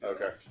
Okay